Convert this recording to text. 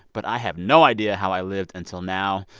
but i have no idea how i lived until now.